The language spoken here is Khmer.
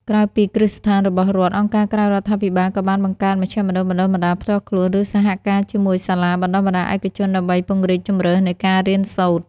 ក្រៅពីគ្រឹះស្ថានរបស់រដ្ឋ អង្គការក្រៅរដ្ឋាភិបាលក៏បានបង្កើតមជ្ឈមណ្ឌលបណ្តុះបណ្តាលផ្ទាល់ខ្លួន ឬសហការជាមួយសាលាបណ្តុះបណ្តាលឯកជន ដើម្បីពង្រីកជម្រើសនៃការរៀនសូត្រ។